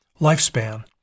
lifespan